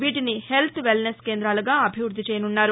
వీటిని health wellness కేందాలుగా అభివృద్ది చేయనున్నారు